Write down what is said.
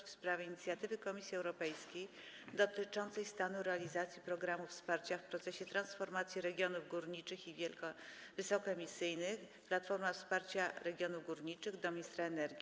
Jest to pytanie w sprawie inicjatywy Komisji Europejskiej dotyczącej stanu realizacji programu wsparcia w procesie transformacji regionów górniczych i wysokoemisyjnych (Platforma Wsparcia Regionów Górniczych - do ministra energii.